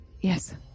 Yes